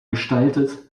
gestaltet